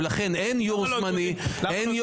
ולכן אין יושב-ראש זמני בתקנון.